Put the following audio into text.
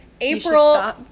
April